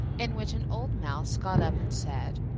in which an old mouse got up and said,